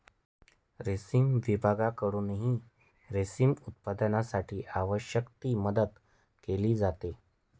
रेशीम विभागाकडूनही रेशीम उत्पादनासाठी आवश्यक ती मदत केली जाते